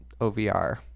OVR